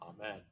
Amen